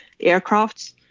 aircrafts